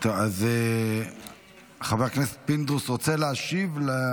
אז חבר הכנסת פינדרוס רוצה להשיב?